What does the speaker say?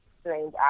strange